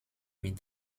mit